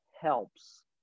Helps